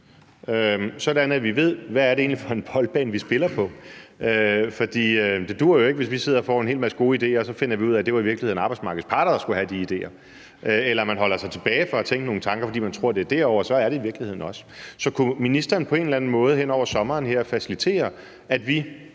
sådan at vi ved, hvad det egentlig er for en boldbane, vi spiller på. For det duer jo ikke, at vi sidder og får en hel masse gode idéer og så finder ud af, at det i virkeligheden var arbejdsmarkedets parter, der skulle have de idéer, eller at man holder sig tilbage fra at tænke nogle tanker, fordi man tror, at det skal komme derovrefra, når det i virkeligheden skal komme fra os. Så kunne ministeren på en eller anden måde hen over sommeren facilitetere, at vi,